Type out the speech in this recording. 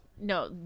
No